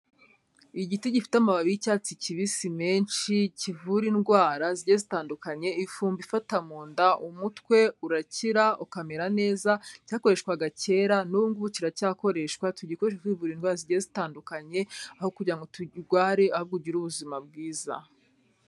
Igiti gifite amababi y'icyatsi kibisi menshi kivura indwara zigiye zitandukanyekanya, ifumbi ifata mu nda, umutwe urakira ukamera neza. Cyakoreshwaga kera, n'ubu ngubu kiracyakoreshwa. Tugikoresha twivura indwara zigiye zitandukanye, aho kugira ngo turware, ahubwo ugire ubuzima bwiza.